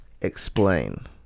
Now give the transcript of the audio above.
Explain